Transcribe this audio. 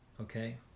Okay